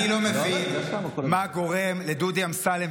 אני לא מבין מה גורם לדודי אמסלם,